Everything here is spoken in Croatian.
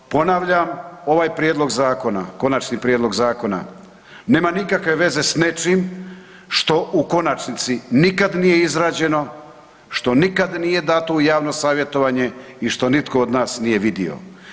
Ponavljam ovaj prijedlog zakona, konačni prijedlog zakona nema nikakve veze s nečim što u konačnici nikad nije izrađeno, što nikad nije dato u javno savjetovanje i što nitko od nas nije vidio.